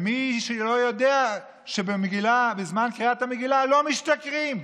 מי לא יודע שבזמן קריאת מגילה לא משתכרים?